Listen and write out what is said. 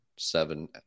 Seven